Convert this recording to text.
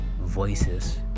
voices